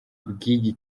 bw’iyi